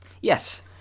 Yes